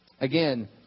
Again